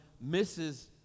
misses